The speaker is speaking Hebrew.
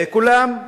כולם,